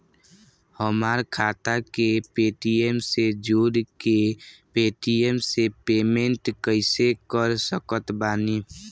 हमार खाता के पेटीएम से जोड़ के पेटीएम से पेमेंट कइसे कर सकत बानी?